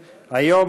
היום,